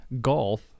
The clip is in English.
golf